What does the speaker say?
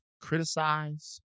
criticize